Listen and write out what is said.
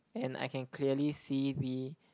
and I can clearly see we